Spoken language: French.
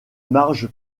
marge